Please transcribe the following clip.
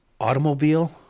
automobile